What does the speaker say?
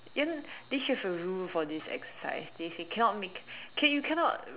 you are not they should have a rule for this exercise they say cannot make okay you cannot